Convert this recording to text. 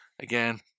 Again